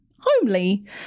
homely